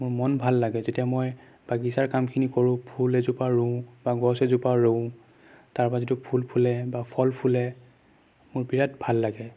মোৰ মন ভাল লাগে যেতিয়া মই বাগিচাৰ কামখিনি কৰোঁ ফুল এজোপা ৰুওঁ বা গছ এজোপা ৰুওঁ তাৰপৰা যিটো ফুল ফুলে বা ফল ফুলে মোৰ বিৰাট ভাল লাগে